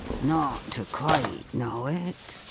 not to quite know it,